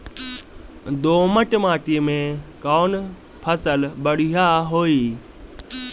दोमट माटी में कौन फसल बढ़ीया होई?